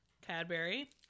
Cadbury